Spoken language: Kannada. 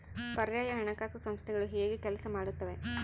ಪರ್ಯಾಯ ಹಣಕಾಸು ಸಂಸ್ಥೆಗಳು ಹೇಗೆ ಕೆಲಸ ಮಾಡುತ್ತವೆ?